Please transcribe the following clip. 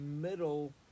middle